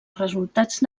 resultats